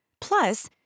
Plus